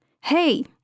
Hey